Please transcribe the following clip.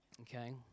okay